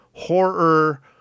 horror